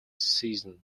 season